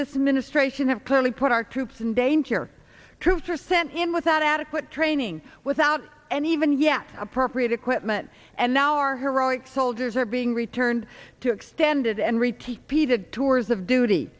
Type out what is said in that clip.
this administration have clearly put our troops in danger troops are sent in without adequate training without any even yet appropriate equipment and now our heroic soldiers are being returned to extended and retake p did tours of duty